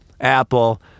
Apple